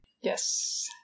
Yes